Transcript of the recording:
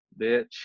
bitch